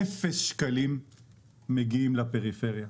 אפס שקלים מגיעים לפריפריה.